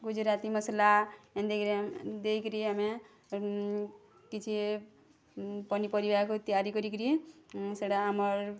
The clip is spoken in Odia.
ଗୁଜୁରାତି ମସଲା ଏନ୍ତି କରି ଦେଇକିରି ଆମେ କିଛି ପନିପରିବା ତିଆରି କରିକିରି